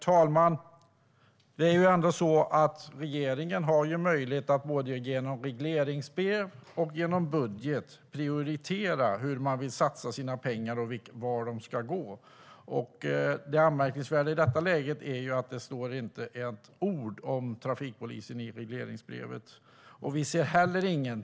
Regeringen har ju, herr talman, möjlighet att både genom regleringsbrev och genom budget prioritera hur man vill satsa sina pengar och vart de ska gå. Det anmärkningsvärda i detta läge är att det inte står ett ord om trafikpolisen i regleringsbrevet.